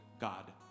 God